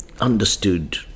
understood